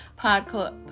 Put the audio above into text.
podcast